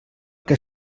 que